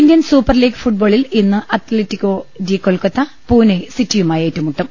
Indian super league ഫുട്ബോളിൽ ഇന്ന് Atletico de Kolkata Pune സിറ്റിയുമായി ഏറ്റുമുട്ടും